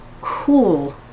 cool